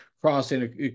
crossing